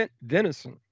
venison